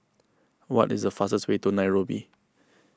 what is the fastest way to Nairobi